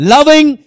Loving